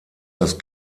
das